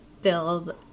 build